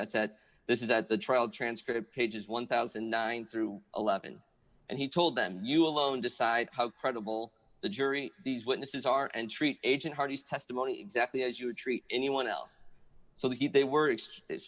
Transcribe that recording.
that said this is that the trial transcript page is one thousand and nine through eleven and he told them you alone decide how credible the jury these witnesses are and treat agent hardy's testimony exactly as you would treat anyone else so that they were it